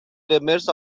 demers